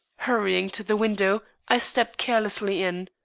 hurrying to the window, i stepped carelessly in.